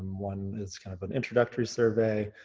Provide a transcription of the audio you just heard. one is kind of an introductory survey.